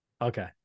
Okay